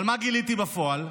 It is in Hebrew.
אבל מה גיליתי בפועל?